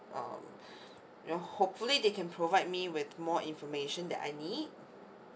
um you know hopefully they can provide me with more information that I need